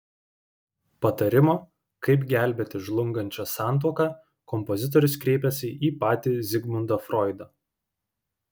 patarimo kaip gelbėti žlungančią santuoką kompozitorius kreipėsi į patį zigmundą froidą